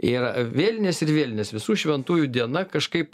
ir vėlinės ir vėlinės visų šventųjų diena kažkaip